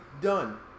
done